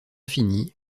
finis